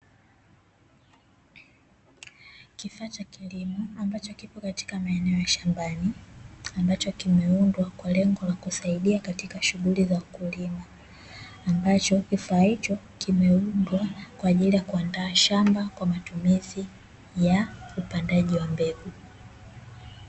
Kifaa cha kilimo ambacho kipo katika maeneo ya shambani ambacho kimeundwa kwa lengo la kusaidia katika shughuli za wakulima ambacho kifaa hicho kimeundwa kwa ajili ya kuandaa shamba kwa matumizi ya upandaji wa mbegu.